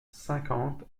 cinquante